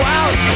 out